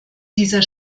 dieser